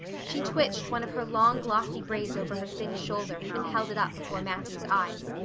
she twitched one of her long glossy braids over her thin shoulder and held it up before matthew's eyes.